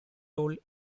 role